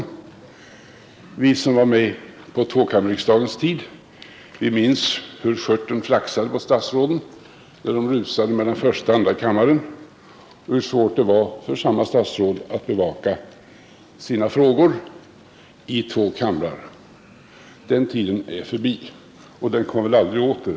För det första minns vi som var med på tvåkammarriksdagens tid hur skörten flaxade på statsråden när de rusade mellan första och andra kammaren och hur svårt det var för dem att bevaka sina frågor i två kamrar. Den tiden är förbi, och den kommer väl aldrig igen.